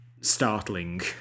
startling